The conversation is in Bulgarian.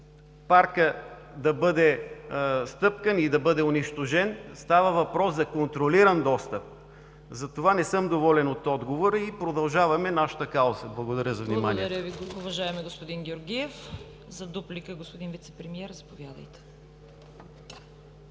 паркът да бъде стъпкан и унищожен. Става въпрос за контролиран достъп. Не съм доволен от отговора Ви. Продължаваме нашата кауза. Благодаря за вниманието.